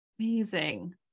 Amazing